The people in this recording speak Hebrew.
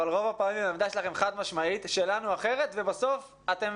אבל רוב הפעמים העמדה שלכם חד משמעית ושלנו היא אחרת ובסוף אתם